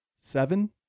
seven